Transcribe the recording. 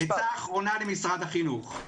עצה אחרונה למשרד החינוך,